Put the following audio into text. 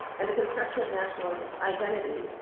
and the construction of national identity,